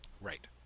Right